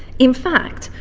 in fact,